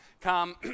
come